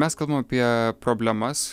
mes kalbam apie problemas